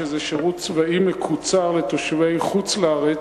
שזה שירות צבאי מקוצר לתושבי חוץ-לארץ,